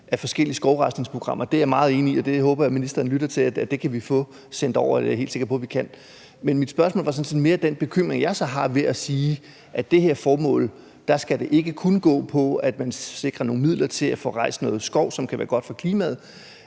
forskellige skovrejsningsprogrammer er jeg meget enig i vil være godt, og det håber jeg at ministeren lytter til, så vi kan få sendt det over – det er jeg helt sikker på vi kan. Men mit spørgsmål gik sådan set mere på den bekymring, jeg har, ved at sige, at med det her formål skal det ikke kun gå på, at man sikrer nogle midler til at få rejst noget skov, som kan være godt for klimaet